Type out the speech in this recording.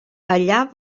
allà